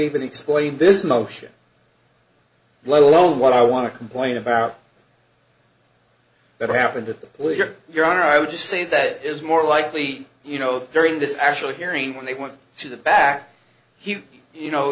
even exploiting this notion let alone what i want to complain about that happened to the boy or your honor i would just say that is more likely you know during this actual hearing when they went to the back he you know